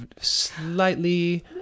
slightly